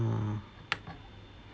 ah